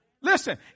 listen